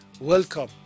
welcome